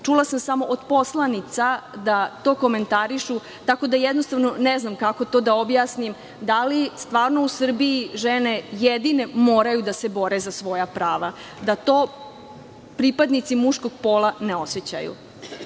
čula sam samo od poslanica da to komentarišu tako da jednostavno ne znam kako to da objasnim, da li stvarno u Srbiji žene jedine moraju da se bore za svoja prava, da to pripadnici muškog pola ne osećaju,